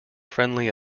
friendly